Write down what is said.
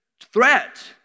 threat